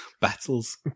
Battles